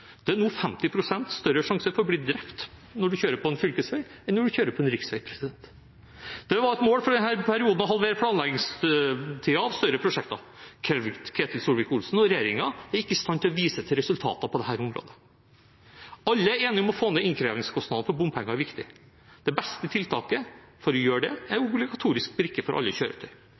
Det er nå 50 pst. større sjanse for å bli drept når man kjører på en fylkesvei, enn når man kjører på en riksvei. Det var et mål for denne perioden å halvere planleggingstiden for større prosjekter. Ketil Solvik-Olsen og regjeringen er ikke i stand til å vise til resultater på dette området. Alle er enige om at å få ned innkrevingskostnaden for bompenger er viktig. Det beste tiltaket for å gjøre det er obligatorisk brikke for alle kjøretøy.